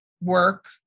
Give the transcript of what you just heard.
work